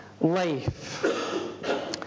life